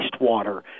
wastewater